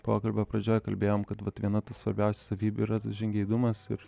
pokalbio pradžioje kalbėjom kad vat viena ta svarbiausių savybių yra žingeidumas ir